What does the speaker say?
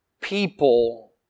people